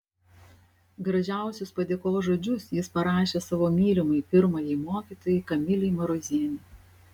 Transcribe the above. gražiausius padėkos žodžius jis parašė savo mylimai pirmajai mokytojai kamilei marozienei